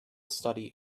study